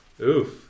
Oof